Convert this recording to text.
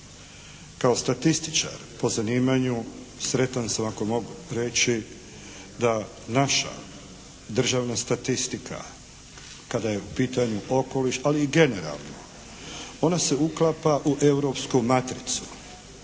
Kao statističar po zanimanju sretan sam ako mogu reći da naša državna statistika kada je u pitanju okoliš ali i generalno ona se uklapa u europsku matricu.